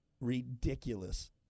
Ridiculous